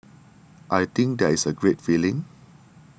I think that is a great feeling